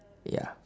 ya